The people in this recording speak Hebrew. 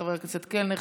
חבר הכנסת קלנר,